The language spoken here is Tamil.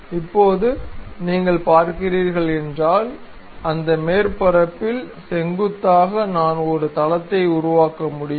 இப்போது நீங்கள் பார்க்கிறீர்கள் என்றால் அந்த மேற்பரப்பில் செங்குத்தாக நான் ஒரு தளத்தை உருவாக்க முடியும்